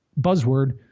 buzzword